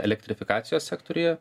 elektrifikacijos sektoriuje